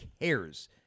cares